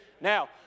Now